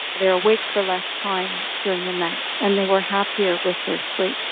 they were awake for less time during the night, and they were happier with their sleep.